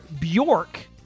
Bjork